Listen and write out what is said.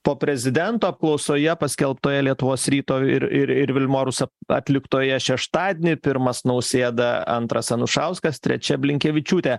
po prezidento apklausoje paskelbtoje lietuvos ryto ir ir ir vilmorus atliktoje šeštadienį pirmas nausėda antras anušauskas trečia blinkevičiūtė